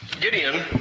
Gideon